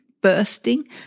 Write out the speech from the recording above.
bursting